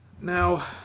Now